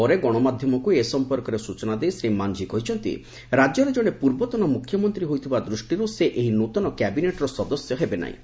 ପରେ ଗଣମାଧ୍ୟମକୁ ଏ ସମ୍ପର୍କରେ ସ୍ଟୁଚନା ଦେଇ ଶ୍ରୀ ମାନ୍ଝୀ କହିଛନ୍ତି ରାଜ୍ୟର ଜଣେ ପୂର୍ବତନ ମୁଖ୍ୟମନ୍ତ୍ରୀ ହୋଇଥିବା ଦୃଷ୍ଟିରୁ ସେ ଏହି ନୃତନ କ୍ୟାବିନେଟ୍ର ସଦସ୍ୟ ହେବେ ନାହିଁ